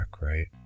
right